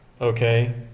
Okay